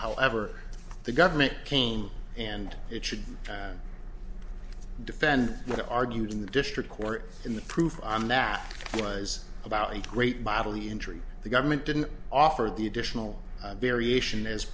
however the government came and it should defend what argued in the district court in the proof on that was about a great bodily injury the government didn't offer the additional variation